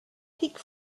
peak